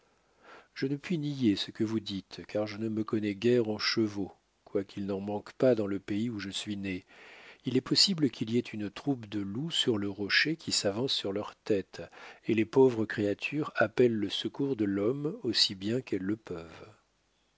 je ne puis nier ce que vous dites car je ne me connais guère en chevaux quoiqu'il n'en manque pas dans le pays où je suis né il est possible qu'il y ait une troupe de loups sur le rocher qui s'avance sur leur tête et les pauvres créatures appellent le secours de l'homme aussi bien qu'elles le peuvent